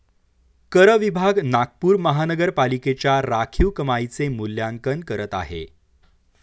कर विभाग नागपूर महानगरपालिकेच्या राखीव कमाईचे मूल्यांकन करत आहे